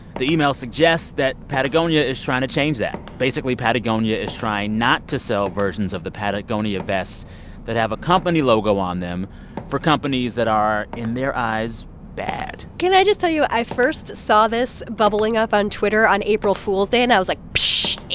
the email suggests that patagonia is trying to change that. basically, patagonia is trying not to sell versions of the patagonia vest that have a company logo on them for companies that are, in their eyes, bad can i just tell you, i first saw this bubbling up on twitter on april fool's day. and i was like, psh. april